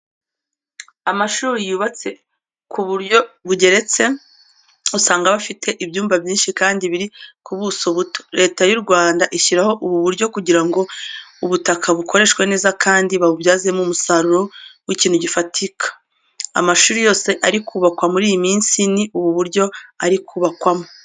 Amashuri yubatse ku buryo bugeretse, usanga aba afite ibyumba byinshi kandi biri ku buso buto. Leta y'u Rwanda ishyiraho ubu buryo kugira ngo ubutaka bukoreshwe neza kandi babubyazemo umusaruro w'ikintu gifatika. Amashuri yose ari kubakwa muri iyi minsi, ni ubu buryo ari kubakwamo.